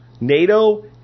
NATO